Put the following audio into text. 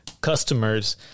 customers